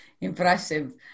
Impressive